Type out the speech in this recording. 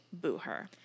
Booher